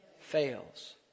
fails